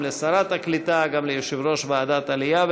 גם לשרת הקליטה וגם ליושב-ראש ועדת העלייה,